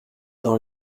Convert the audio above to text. dans